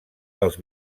dels